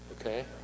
okay